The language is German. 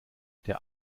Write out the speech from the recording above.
der